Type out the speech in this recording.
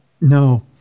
No